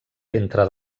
entre